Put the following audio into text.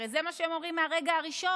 הרי זה מה שהם אומרים מהרגע הראשון.